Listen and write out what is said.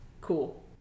cool